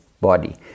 body